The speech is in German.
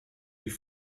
die